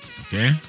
Okay